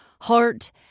heart